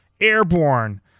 Airborne